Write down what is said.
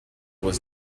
was